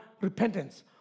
repentance